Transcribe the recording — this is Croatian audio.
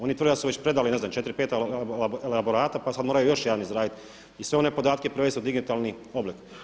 Oni tvrde da su već predali ne znam četiri, pet elaborata pa sad moraju još jedan izraditi i sve one podatke prevesti u digitalni oblik.